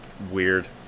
weird